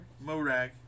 Mo'Rag